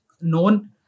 known